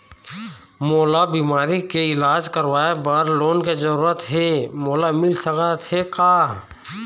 मोला बीमारी के इलाज करवाए बर लोन के जरूरत हे मोला मिल सकत हे का?